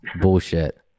Bullshit